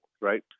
right